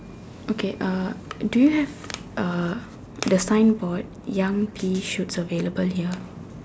okay uh do you have uh one for young pea shoots available here